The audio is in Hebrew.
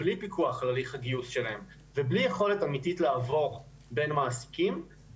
שיוכלו לעבור למקלט קורבנות סחר.